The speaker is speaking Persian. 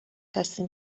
هستیم